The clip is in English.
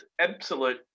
absolute